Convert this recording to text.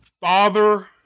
Father